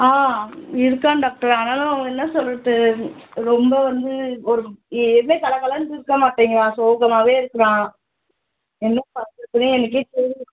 ஆ இருக்கான் டாக்டர் ஆனாலும் அவன் என்ன சொல்வது ரொம்ப வந்து ஒரு எப்பவுமே கலகலன்னு சிரிக்க மாட்டேங்கிறான் சோகமாகவே இருக்கிறான் என்ன பண்றதுன்னே எனக்கே தெரியலை